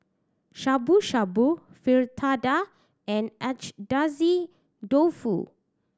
Shabu Shabu Fritada and Agedashi Dofu